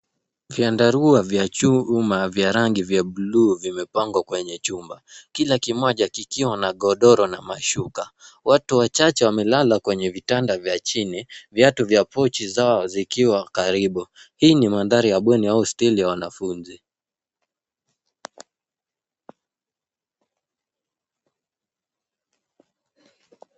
Vyandarua vya chuma vya rangi ya buluu vimepangwa kwenye chumba. Kila kimoja kikiwa na godoro na mashuka. Watu wachache wamelala kwenye vitanda vya chini. Viatu vya pochi zao zikiwa karibu. Hii ni mandhari ya bweni au hostel ya wanafunzi.